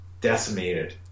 decimated